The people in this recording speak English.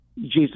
jesus